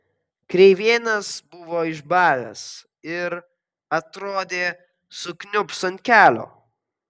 kreivėnas buvo išbalęs ir atrodė sukniubs ant kelio